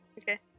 Okay